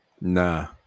nah